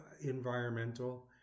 environmental